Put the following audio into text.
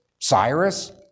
Cyrus